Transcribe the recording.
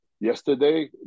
yesterday